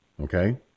Okay